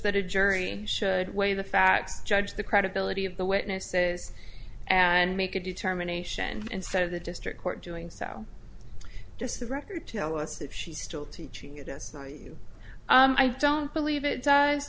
that a jury should weigh the facts judge the credibility of the witnesses and make a determination instead of the district court doing so just the record tell us if she's still teaching this no you i don't believe it does